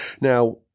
Now